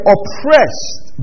Oppressed